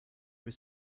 were